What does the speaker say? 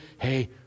hey